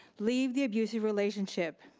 leave the abusive relationship.